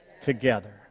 together